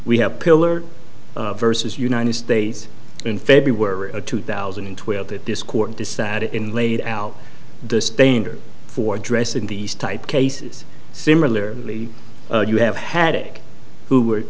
we have pillar versus united states in february of two thousand and twelve that this court decided in laid out the standard for dress in these type cases similarly you have had it who were